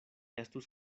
estus